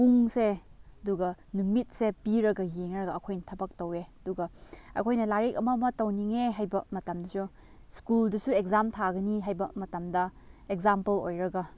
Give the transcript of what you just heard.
ꯄꯨꯡꯁꯦ ꯑꯗꯨꯒ ꯅꯨꯃꯤꯠꯁꯦ ꯄꯤꯔꯒ ꯌꯦꯡꯂꯒ ꯑꯩꯈꯣꯏꯅ ꯊꯕꯛ ꯇꯧꯋꯦ ꯑꯗꯨꯒ ꯑꯩꯈꯣꯏꯅ ꯂꯥꯏꯔꯤꯛ ꯑꯃ ꯑꯃ ꯇꯧꯅꯤꯡꯉꯦ ꯍꯥꯏꯕ ꯃꯇꯝꯁꯨ ꯁ꯭ꯀꯨꯜꯗꯁꯨ ꯑꯦꯛꯖꯥꯝ ꯊꯥꯒꯅꯤ ꯍꯥꯏꯕ ꯃꯇꯝꯗ ꯑꯦꯛꯖꯥꯝꯄꯜ ꯑꯣꯏꯔꯒ